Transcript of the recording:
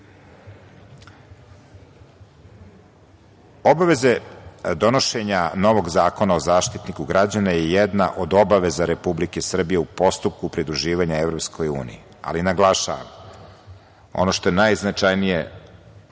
Obaveze donošenja novog zakona o Zaštitniku građana je jedna od obaveza Republike Srbije u postupku pridruživanja EU. Naglašavam ono što je najznačajnije,